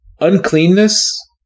Uncleanness